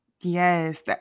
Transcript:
Yes